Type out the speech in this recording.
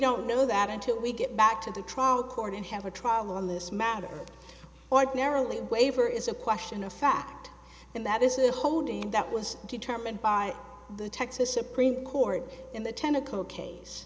don't know that until we get back to the trial court and have a trial in this matter ordinarily waiver is a question of fact and that this is a holding that was determined by the texas supreme court in the tenneco case